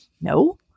no